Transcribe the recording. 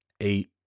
eight